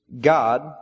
God